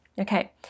okay